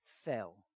fell